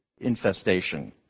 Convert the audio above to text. infestation